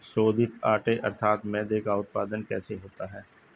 शोधित आटे अर्थात मैदे का उत्पादन कैसे होता है?